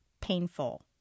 painful